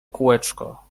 kółeczko